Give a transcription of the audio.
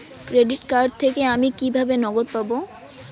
Credit card থেকে আমি কিভাবে নগদ পাব?